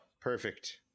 Perfect